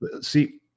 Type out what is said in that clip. see